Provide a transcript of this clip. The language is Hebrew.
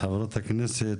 חברות הכנסת,